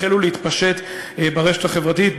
החלו להתפשט ברשת החברתית,